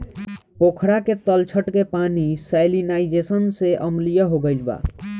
पोखरा के तलछट के पानी सैलिनाइज़ेशन से अम्लीय हो गईल बा